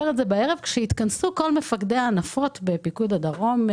את זה בערב כשיתכנסו כל מפקדי הנפות של פיקוד הדרום.